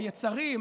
היצרים,